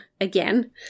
again